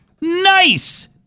Nice